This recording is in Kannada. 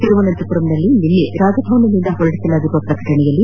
ತಿರುವನಂತಪುರದಲ್ಲಿ ನಿನ್ನೆ ರಾಜಭವನದಿಂದ ಹೊರಡಿಸಲಾಗಿರುವ ಪ್ರಕಟಣೆಯಲ್ಲಿ